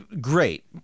Great